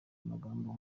magambo